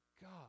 God